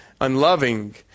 unloving